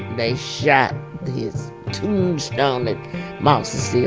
they shot his tombstone. the marks